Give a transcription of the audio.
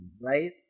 right